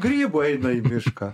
grybų eina į mišką